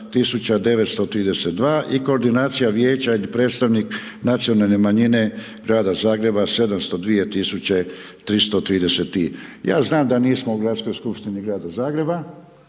932 i Koordinacija vijeća i predstavnik nacionalne manjine Grada Zagreba 702 tisuće 330. Ja znam da nismo u Gradskoj skupštini Grada Zagreba,